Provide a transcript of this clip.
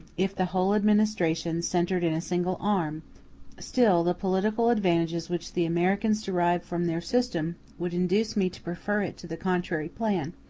if the whole administration centred in a single arm still the political advantages which the americans derive from their system would induce me to prefer it to the contrary plan.